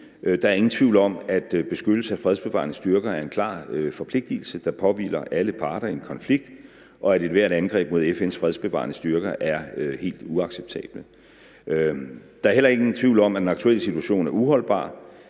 Der er ingen tvivl om, at en beskyttelse af de fredsbevarende styrker er en klar forpligtigelse, der påhviler alle parter i en konflikt, og at ethvert angreb mod FN's fredsbevarende styrker er helt uacceptabelt. Der er heller ingen tvivl om, at den aktuelle situation er uholdbar.